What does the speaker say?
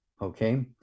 okay